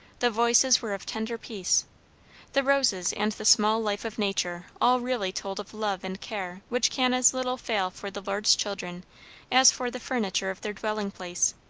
the voices were of tender peace the roses and the small life of nature all really told of love and care which can as little fail for the lord's children as for the furniture of their dwelling-place.